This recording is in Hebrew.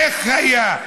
איך היה.